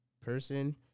person